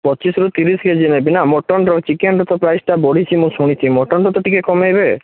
ପଚିଶରୁ ତିରିଶ କେଜି ନେବି ନା ମଟନ୍ଟା ଆଉ ଚିକେନ୍ର ତ ପ୍ରାଇସ୍ଟା ବଢ଼ିଛି ମୁଁ ଶୁଣିଛି ମଟନ୍ର ତ ଟିକିଏ କମାଇବେ